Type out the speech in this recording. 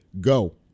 go